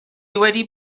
wedi